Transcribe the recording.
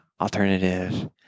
alternative